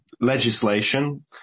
legislation